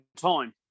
time